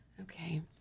Okay